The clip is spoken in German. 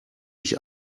ich